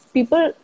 People